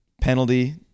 penalty